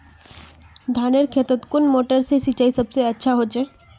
धानेर खेतोत कुन मोटर से सिंचाई सबसे अच्छा होचए?